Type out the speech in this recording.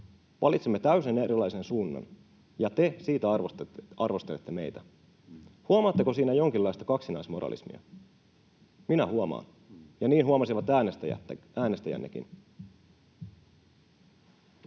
valitsemme täysin erilaisen suunnan, ja te siitä arvostelette meitä. Huomaatteko siinä jonkinlaista kaksinaismoralismia? Minä huomaan, ja niin huomasivat äänestäjännekin.